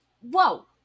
Whoa